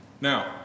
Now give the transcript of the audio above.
Now